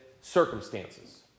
circumstances